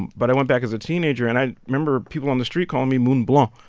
but i went back as a teenager, and i remember people on the street call me moun blanc,